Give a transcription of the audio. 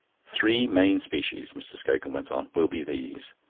three main species, mr. scogan went on, will be these